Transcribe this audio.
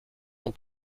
ans